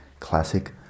classic